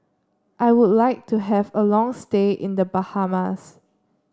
I would like to have a long stay in The Bahamas